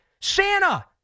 Santa